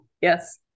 yes